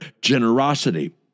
generosity